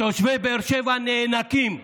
תושבי באר שבע נאנקים מהפשיעה,